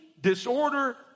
disorder